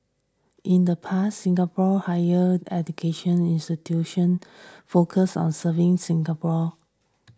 in the past Singapore higher education institution focused on serving Singapore